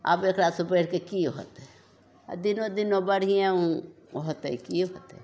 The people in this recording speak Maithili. आब एकरा सँ बैढ़ि कऽ की होतै आ दिनो दिनो बढ़िये होतै की होतै